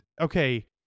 Okay